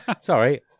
Sorry